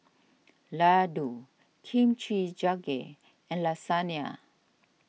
Ladoo Kimchi Jjigae and Lasagne